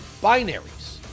binaries